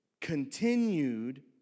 continued